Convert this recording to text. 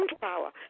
power